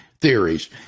theories